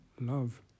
love